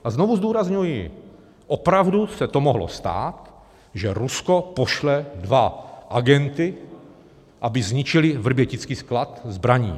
A znovu zdůrazňuji, opravdu se to mohlo stát, že Rusko pošle dva agenty, aby zničili vrbětický sklad zbraní.